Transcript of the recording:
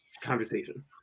conversation